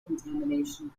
contamination